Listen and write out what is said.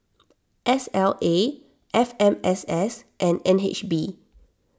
S L A F M S S and N H B